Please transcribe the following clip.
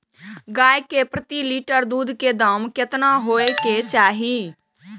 गाय के प्रति लीटर दूध के दाम केतना होय के चाही?